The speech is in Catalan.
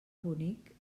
bonic